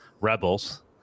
rebels